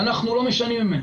ואנחנו לא משנים ממנה.